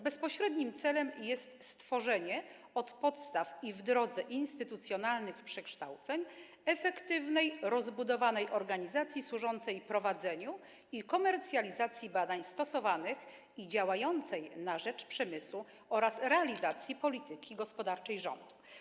Bezpośrednim celem jest stworzenie od podstaw, w drodze instytucjonalnych przekształceń, organizacji efektywnej, rozbudowanej, służącej prowadzeniu i komercjalizacji badań stosowanych i działającej na rzecz przemysłu oraz realizacji polityki gospodarczej rządu.